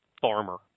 farmer